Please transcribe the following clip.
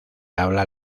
habla